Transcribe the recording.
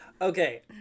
Okay